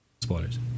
spoilers